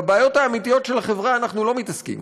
בבעיות האמיתיות של החברה אנחנו לא מתעסקים,